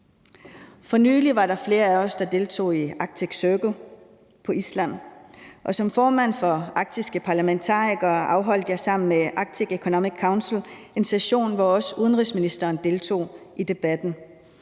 for nylig flere af os, der deltog i Arctic Circle på Island, og som formand for Arktiske Parlamentarikere afholdt jeg sammen med Arctic Economic Council en session, hvor også udenrigsministeren deltog i debatten.